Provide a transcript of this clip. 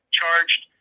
charged